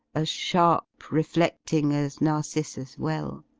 as sharp refleding as narcissus well?